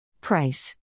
Price